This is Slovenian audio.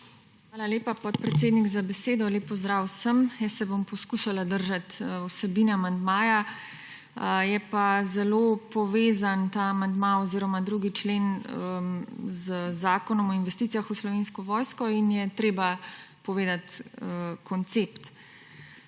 Hvala lepa, podpredsednik, za besedo. Lep pozdrav vsem! Poskušala se bom držati vsebine amandmaja. Je pa zelo povezan ta amandma oziroma 2. člen z Zakonom o investicijah v Slovensko vojsko in je treba povedati koncept.